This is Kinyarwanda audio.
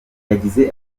yagize